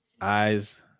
eyes